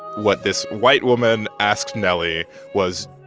what this white woman asked nelly was,